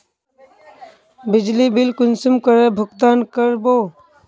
बिजली बिल कुंसम करे भुगतान कर बो?